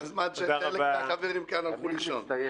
זה בזמן שחלק מהחברים כאן הלכו לישון.